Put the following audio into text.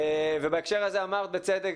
ובהקשר הזה אמרת בצדק,